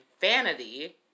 vanity